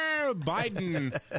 biden